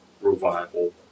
revival